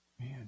Man